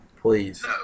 please